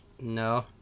No